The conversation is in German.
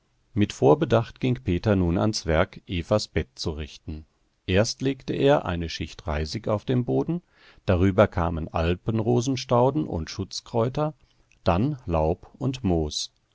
mit vorbedacht ging peter nun ans werk evas bett zu richten erst legte er eine schicht reisig auf den boden darüber kamen alpenrosenstauden und schutzkräuter dann laub und moos